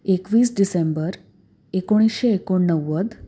एकवीस डिसेंबर एकोणीसशे एकोणनव्वद